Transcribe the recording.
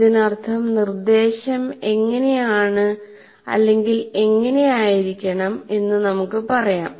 ഇതിനർത്ഥം "നിർദ്ദേശം ഇങ്ങനെയാണ് അല്ലെങ്കിൽ എങ്ങനെ ആയിരിക്കണം" എന്ന് നമുക്ക് പറയാം